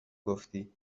گفتی